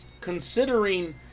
considering